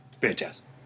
Fantastic